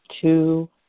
two